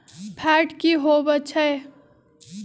Fat की होवछै?